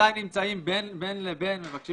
שעדיין נמצאים בין לבין מבקשים